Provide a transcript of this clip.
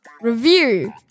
review